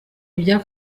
ibya